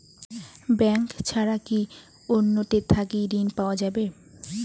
Bank ছাড়া কি অন্য টে থাকি ঋণ পাওয়া যাবে?